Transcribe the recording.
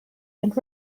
and